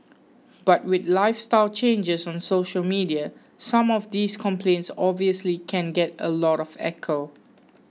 but with lifestyle changes and social media some of these complaints obviously can get a lot of echo